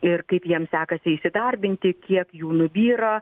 ir kaip jiems sekasi įsidarbinti kiek jų nubyra